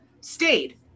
stayed